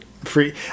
Free